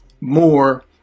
more